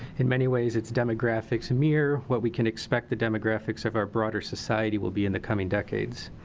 in many ways its demographics mirror what we can expect the demographics of our broader society will be in the coming decades.